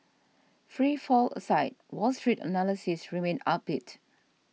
free fall aside Wall Street analysts remain upbeat